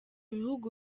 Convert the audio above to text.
bihugu